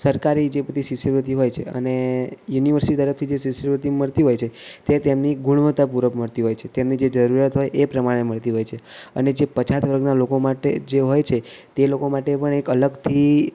સરકારી જે બધી શિષ્યવૃત્તિ હોય છે અને યુનિવર્સિટી તરફથી જે શિષ્યવૃત્તિ મળતી હોય છે તે તેમની ગુણવત્તાપૂર્વક મળતી હોય છે તેમની જે જરૂરીયાત હોય તે પ્રમાણે મળતી હોય છે અને જે પછાત વર્ગનાં લોકો માટે જે હોય છે તે લોકો માટે પણ એક અલગથી